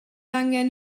angen